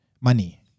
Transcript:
money